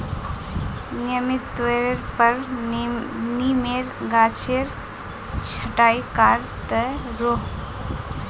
नियमित तौरेर पर नीमेर गाछेर छटाई कर त रोह